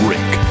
Rick